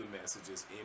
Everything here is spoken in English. messages